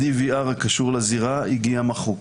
ה-DVR הקשור לזירה הגיע מחוק.